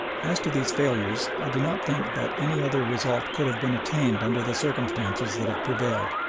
as to these failures, i do not think that any other result could have been attained under the circumstances that have prevailed.